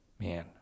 Man